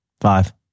Five